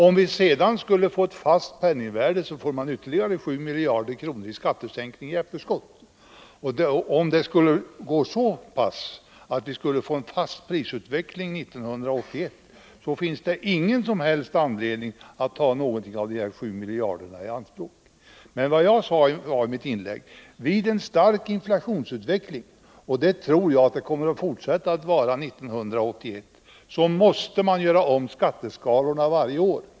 Om vi sedan skulle få ett fast penningvärde får vi ändå dessa 7 miljarder i skattesänkning i efterskott. Och om det skulle gå så att vi får en fast prisutveckling 1981 finns det ingen anledning att ta något av de här 7 miljarderna i anspråk. Men jag sade i mitt inlägg: Vid en stark utveckling av inflationen — och det tror jag att det kommer att bli också 1981 — måste man göra om skatteskalorna varje år.